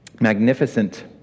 magnificent